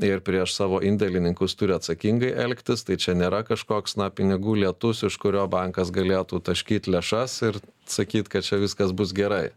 ir prieš savo indėlininkus turi atsakingai elgtis tai čia nėra kažkoks na pinigų lietus iš kurio bankas galėtų taškyt lėšas ir sakyt kad čia viskas bus gerai